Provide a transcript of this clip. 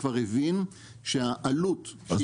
כבר הבין שהעלות שתהיה לסימון המחירים --- אז